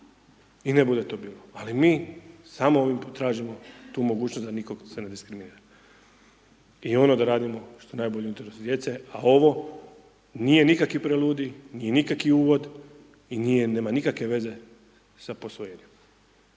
i ne bude to bilo, ali mi samo ovim tražimo tu mogućnost da se nikog ne diskriminira, i ono da radimo što je najbolje u interesu djece, a ovo nije nikakav preludij, nije nikakvi uvod i nije, nema nikakve veze sa posvojenjem,